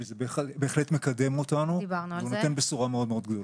וזה בהחלט מקדם אותנו ונותן בשורה מאוד מאוד גדולה.